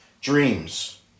dreams